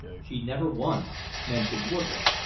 she never once mentioned woodroffe.